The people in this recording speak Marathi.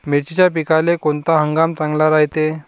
मिर्चीच्या पिकाले कोनता हंगाम चांगला रायते?